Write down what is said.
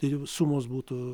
tai sumos būtų